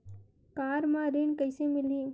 Car म ऋण कइसे मिलही?